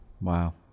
Wow